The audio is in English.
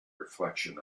reflection